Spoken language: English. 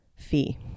fee